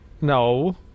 No